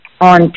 on